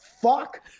fuck